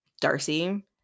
Darcy